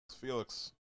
Felix